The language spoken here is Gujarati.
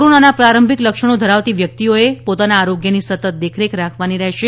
કોરોનાના પ્રારંભિક લક્ષણો ધરાવતી વ્યક્તિઓએ પોતાના આરોગ્યની સતત દેખરેખ રાખવાની રહેશે